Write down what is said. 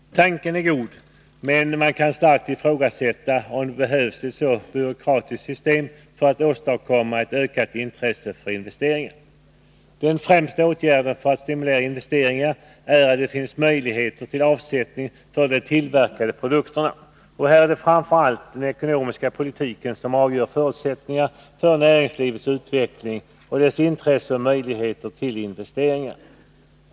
Tanken är god, men man kan starkt ifrågasätta om det behövs ett så byråkratiskt system för att åstadkomma ett ökat intresse för investeringar. Den främsta åtgärden för att stimulera investeringar är att det finns möjligheter till avsättning för de tillverkade produkterna. När det gäller detta är det framför allt den ekonomiska politiken som avgör förutsättningarna för näringslivets utveckling och dess intresse och möjligheter till investeringar.